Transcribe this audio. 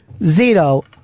Zito